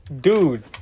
Dude